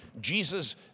Jesus